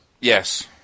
Yes